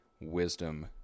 wisdom